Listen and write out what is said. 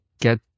get